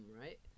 right